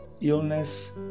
illness